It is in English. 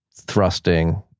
thrusting